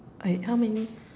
okay how many